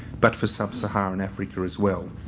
but for sub-saharan africa as well.